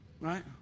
right